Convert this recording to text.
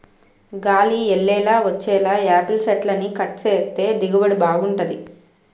గాలి యెల్లేలా వచ్చేలా యాపిల్ సెట్లని కట్ సేత్తే దిగుబడి బాగుంటది